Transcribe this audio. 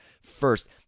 first